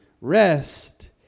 rest